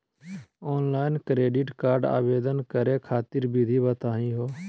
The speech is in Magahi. ऑनलाइन क्रेडिट कार्ड आवेदन करे खातिर विधि बताही हो?